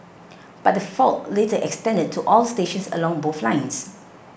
but the fault later extended to all stations along both lines